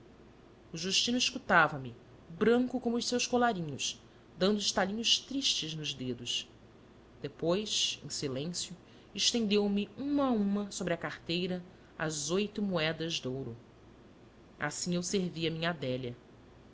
o justino escutava me branco como os seus colarinhos dando estalinhos tristes nos dedos depois em silêncio estendeu-me uma a uma sobre a carteira as oito moedas de ouro assim eu servi a minha adélia